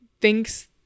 thinks